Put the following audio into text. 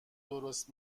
درست